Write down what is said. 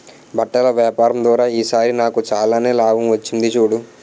బట్టల వ్యాపారం ద్వారా ఈ సారి నాకు చాలానే లాభం వచ్చింది చూడు